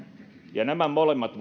nämä molemmat